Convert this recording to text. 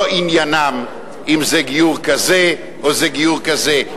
לא עניינם אם זה גיור כזה או גיור כזה.